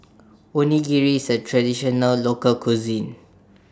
Onigiri IS A Traditional Local Cuisine